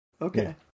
Okay